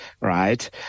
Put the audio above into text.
right